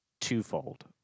twofold